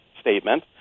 statement